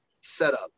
setup